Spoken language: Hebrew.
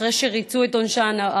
אחרי שריצו את עונשם,